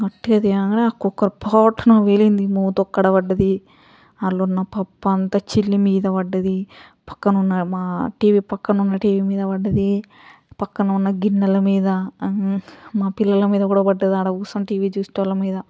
గట్టిగా తీయంగానే ఆ కుక్కర్ ఫట్మని పేలింది మూత అక్కడ పడ్డది అందులో ఉన్న పప్పు అంతా చిల్లి మీద పడ్డది పక్కనున్న మా టీవీ పక్కనున్న టీవీ మీద పడ్డది పక్కనున్న గిన్నెల మీద మా పిల్లల మీద కూడా పడ్డది అక్కడ కూర్చుని టీవీ చూసేవాళ్ళమీద